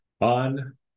on